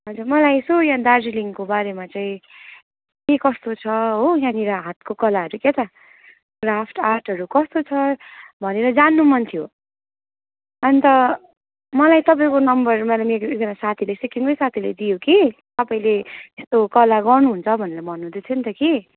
हजुर मलाई यसो यहाँ दार्जिलिङको बारेमा चाहिँ के कस्तो छ हो यहाँनेर हातको कलाहरू के त क्राफ्ट आर्टहरू कस्तो छ भनेर जान्नु मन थियो अन्त मलाई तपाईँको नम्बर मलाई मेरो एकजना साथीले सिक्किमको साथीले दियो कि तपाईँले यसो कला गर्नु हुन्छ भनेर भन्नु हुँदै थियो कि